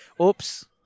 Oops